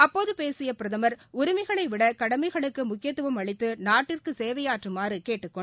அப்போதபேசியபிரதமர் உரிமைகளைவிடகடமைகளுக்குமுக்கியத்துவம் அளித்துநாட்டிற்குசேவையாற்றுமாறுகேட்டுக் கொண்டார்